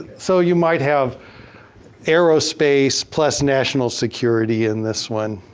so you might have aerospace plus national security in this one.